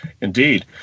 Indeed